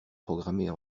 programmer